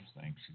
thanks